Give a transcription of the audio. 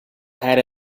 had